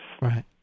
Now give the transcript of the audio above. Right